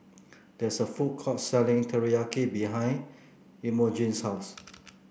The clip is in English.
there is a food court selling Teriyaki behind Imogene's house